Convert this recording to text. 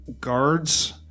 guards